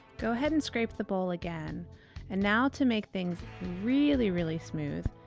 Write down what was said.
go ahead and scrape the bowl again and now to make things. really really smooth.